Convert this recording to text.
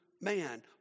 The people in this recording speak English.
man